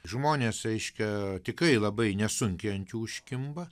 žmonės reiškia tikrai labai nesunkiai ant jų užkimba